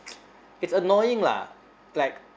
it's annoying lah like